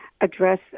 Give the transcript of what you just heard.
address